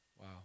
wow